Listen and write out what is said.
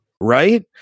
Right